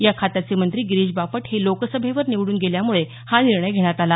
या खात्याचे मंत्री गिरीश बापट हे लोकसभेवर निवडून गेल्यामुळे हा निर्णय घेण्यात आला